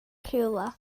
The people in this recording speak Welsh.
rhywle